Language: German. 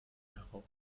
heraus